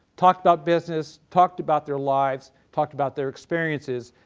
talked about business, talked about their lives, talked about their experiences,